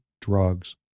drugs